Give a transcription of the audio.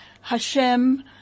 Hashem